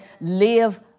live